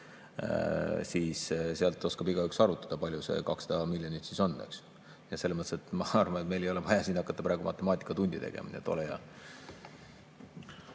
siis sealt oskab igaüks arvutada, kui palju see 200 miljonit siis on. Selles mõttes, ma arvan, meil ei ole vaja siin hakata praegu matemaatikatundi tegema.